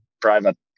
private